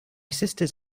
sisters